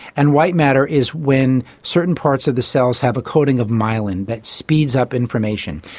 and white matter is when certain parts of the cells have a coating of myelin that speeds up information.